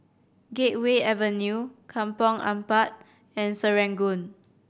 Gateway Avenue Kampong Ampat and Serangoon